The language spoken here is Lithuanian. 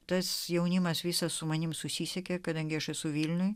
tas jaunimas visas su manimi susisiekė kadangi aš esu vilniuje